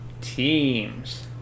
teams